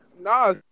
Nah